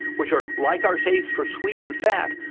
which are like our tastes for sweet and fat,